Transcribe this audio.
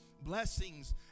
blessings